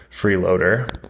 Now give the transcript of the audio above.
freeloader